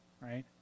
Right